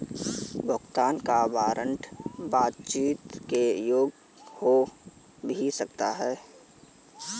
भुगतान का वारंट बातचीत के योग्य हो भी सकता है